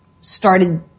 started